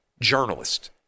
journalist